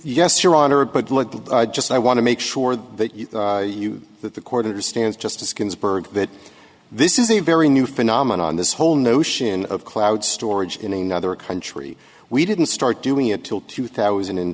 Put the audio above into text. with just i want to make sure that you that the court understands justice ginsburg that this is a very new phenomenon this whole notion of cloud storage in another country we didn't start doing it till two thousand and